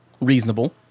Reasonable